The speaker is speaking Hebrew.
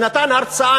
שנתן הרצאה